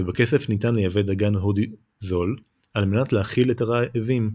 ובכסף ניתן לייבא דגן הודי זול על מנת להאכיל את הרעבים.